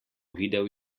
videl